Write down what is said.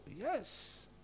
yes